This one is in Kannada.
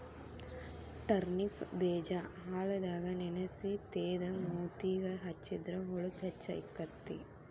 ಟರ್ನಿಪ್ ಬೇಜಾ ಹಾಲದಾಗ ನೆನಸಿ ತೇದ ಮೂತಿಗೆ ಹೆಚ್ಚಿದ್ರ ಹೊಳಪು ಹೆಚ್ಚಕೈತಿ